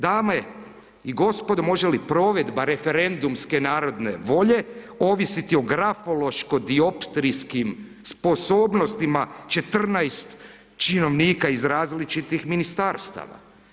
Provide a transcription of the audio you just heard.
Dame i gospodo, može li provedba referendumske narodne volje ovisiti o grafološko dioptrijskim sposobnostima 14 činovnika iz različitih ministarstava?